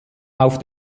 auf